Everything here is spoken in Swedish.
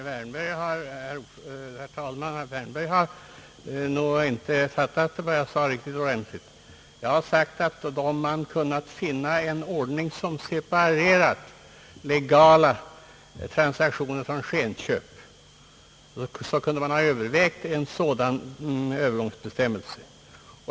Herr talman! Herr Wärnberg har nog inte riktigt fattat vad jag sade. Jag yttrade att om man kunnat finna en ordning som separerat legala transaktioner från skenköp, hade man kunnat överväga en sådan övergångsbestämmelse.